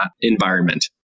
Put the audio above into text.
environment